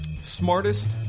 smartest